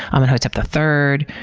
amenhotep the third,